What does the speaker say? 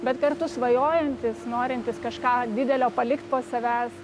bet kartu svajojantys norintys kažką didelio palikt po savęs